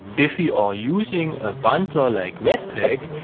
if we are using a bundler, like webpack,